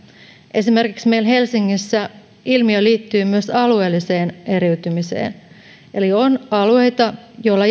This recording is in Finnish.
esimerkiksi meillä helsingissä ilmiö liittyy myös alueelliseen eriytymiseen eli on alueita